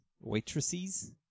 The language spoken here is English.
Waitresses